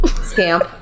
Scamp